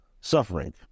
suffering